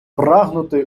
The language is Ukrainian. прагнути